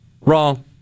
Wrong